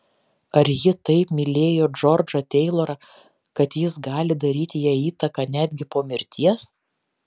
ar ji taip mylėjo džordžą teilorą kad jis gali daryti jai įtaką netgi po mirties